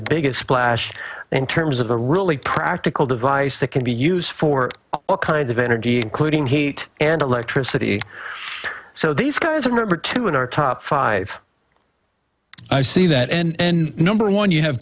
the biggest splash in terms of a really practical device that can be used for all kinds of energy including heat and electricity so these guys are number two in our top five i see that and number one you have